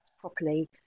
properly